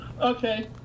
Okay